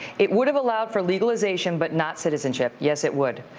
it would have allowed for legalization but not citizenship. yes, it would.